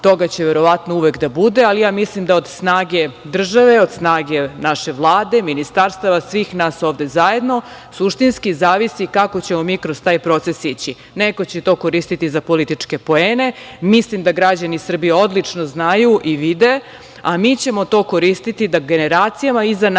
Toga će verovatno uvek da bude, ali mislim da od snage države, naše Vlade, ministarstava, svih nas ovde zajedno, suštinski zavisi kako ćemo mi kroz taj proces ići. Neko će to koristiti za političke poene. Mislim da građani Srbije odlično znaju i vide, a mi ćemo to koristiti da generacijama iza nas